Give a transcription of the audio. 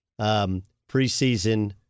preseason